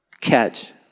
catch